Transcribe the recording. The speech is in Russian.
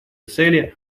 цели